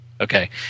Okay